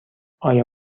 آیا